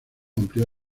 amplió